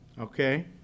okay